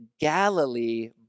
Galilee